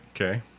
Okay